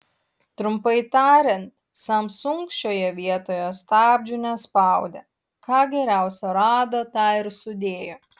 trumpai tariant samsung šioje vietoje stabdžių nespaudė ką geriausio rado tą ir sudėjo